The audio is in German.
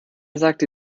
sagte